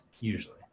Usually